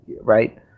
right